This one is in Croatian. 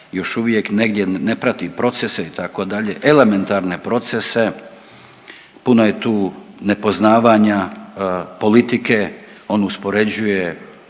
još uvijek negdje ne prati procese itd., elementarne procese. Puno je tu nepoznavanja politike, on uspoređuje